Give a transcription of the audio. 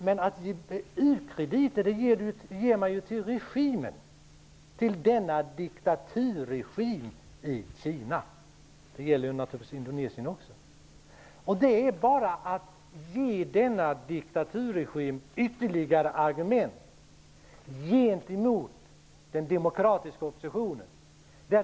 Men u-krediter till diktaturregimen i Kina -- det gäller naturligtvis också Indonesien -- ger denna diktaturregim ytterligare argument gentemot den demokratiska oppositionen.